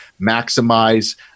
maximize